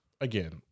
again